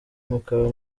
mukaba